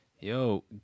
Yo